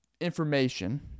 information